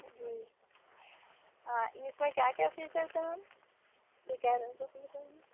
جی اس میں کیا کیا فیچرس ہیں میم